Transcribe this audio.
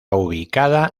ubicada